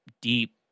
deep